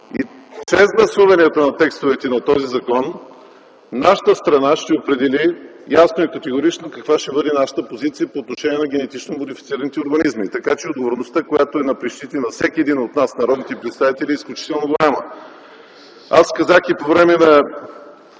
гласуването на текстовете на този закон нашата страна ще определи ясно и категорично каква ще бъде нашата позиция по отношение на генетично модифицираните организми. Отговорността, която е на плещите на всеки един от нас, народните представители, е изключително голяма. Аз казах и по време на